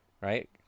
right